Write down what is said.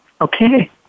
Okay